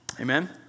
Amen